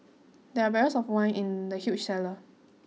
there were barrels of wine in the huge cellar